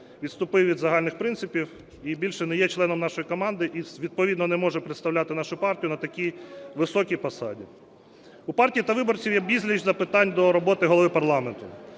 відступив від загальних принципів і більше не є членом нашої команди, і відповідно не може представляти нашу партію на такій високій посаді. У партії та виборців є безліч запитань до роботи Голови парламенту.